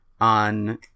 on